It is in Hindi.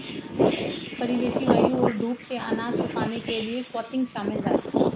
परिवेशी वायु और धूप से अनाज सुखाने के लिए स्वाथिंग शामिल है